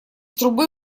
трубы